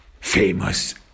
famous